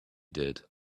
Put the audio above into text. did